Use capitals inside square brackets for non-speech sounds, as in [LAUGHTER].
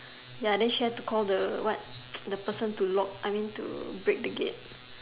ya then she have to call the [UNINTELLIGIBLE] the person to lock I mean to break the gate